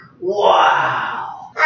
Wow